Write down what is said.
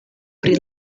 pri